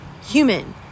human